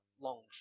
long